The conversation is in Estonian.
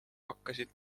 hakkasid